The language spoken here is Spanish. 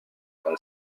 con